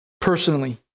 personally